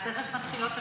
אז תכף מתחילות השאילתות.